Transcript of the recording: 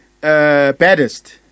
baddest